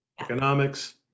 economics